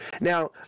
now